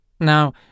Now